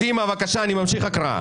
אני ממשיך בהקראה.